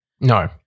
No